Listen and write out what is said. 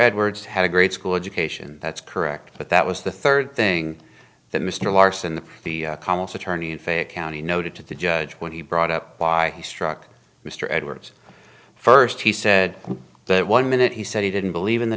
edwards had a great school education that's correct but that was the third thing that mr larson the the calmest attorney in fake county noted to the judge when he brought up by struck mr edwards first he said that one minute he said he didn't believe in the